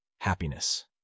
Happiness